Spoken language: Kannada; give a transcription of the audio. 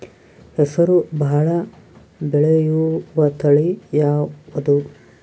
ಹೆಸರು ಭಾಳ ಬೆಳೆಯುವತಳಿ ಯಾವದು?